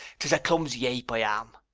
tis a clumsy ape i am.